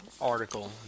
article